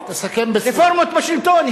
רפורמות בשלטון.